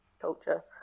culture